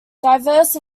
diverse